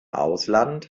ausland